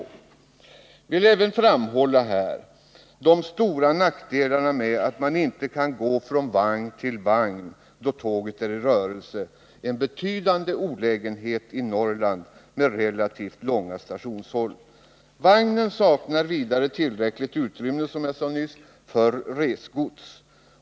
Jag vill även framhålla de stora nackdelarna med att man inte kan gå från vagn till vagn då tåget är i rörelse — en betydande olägenhet i Norrland med relativt långa stationshåll. Vagnen saknar vidare tillräckligt utrymme, som jag nyss sade, för resgods.